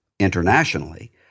internationally